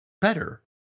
better